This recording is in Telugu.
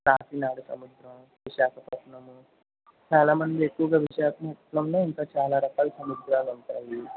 కాకినాడ సముద్రం విశాఖపట్నము చాలా మంది ఎక్కువగా విశాఖపట్నంలో ఇంకా చాలా రకాల సముద్రాలు ఉంటాయి